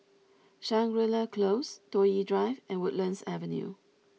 Shangri La Close Toh Yi Drive and Woodlands Avenue